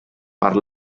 per